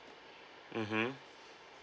mmhmm